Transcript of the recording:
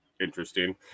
interesting